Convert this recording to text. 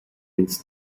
ins